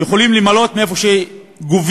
יכולים למלא מאיפה שגובים,